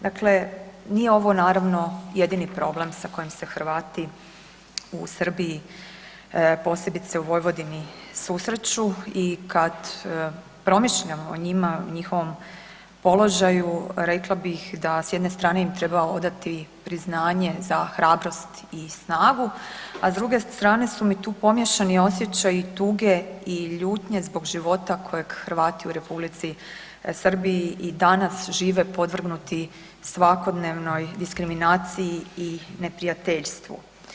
Dakle, nije ovo naravno jedini problem sa kojim se Hrvati u Srbiji posebice u Vojvodini susreću i kad promišljam o njima, njihovom položaju rekla bih da s jedne strane im treba odati priznanje za hrabrost i snagu, a s druge strane su mi tu pomiješani osjećaji tuge i ljutnje zbog života kojeg Hrvati u Republici Srbiji i danas žive podvrgnuti svakodnevnoj diskriminaciji i neprijateljstvu.